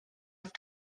have